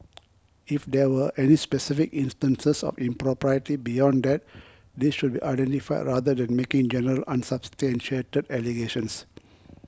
if there were any specific instances of impropriety beyond that these should be identified rather than making general unsubstantiated allegations